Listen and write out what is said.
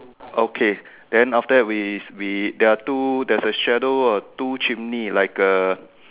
okay then after that we we there are two there's a shadow of two chimney like a